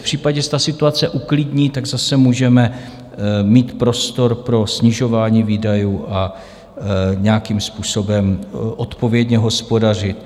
V případě, že se situace uklidní, zase můžeme mít prostor pro snižování výdajů a nějakým způsobem odpovědně hospodařit.